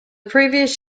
previous